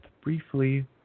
briefly